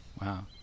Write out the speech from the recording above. Wow